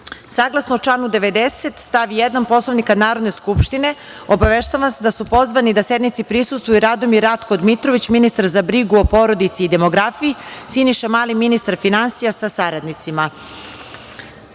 reda. Saglasno članu 90. stav 1. Poslovnika Narodne skupštine, obaveštavam vas da su pozvani da sednici prisustvuju: Radomir Ratko Dmitrović, ministar za brigu o porodici i demografiji, i Siniša Mali, ministar finansija, sa saradnicima. Saglasno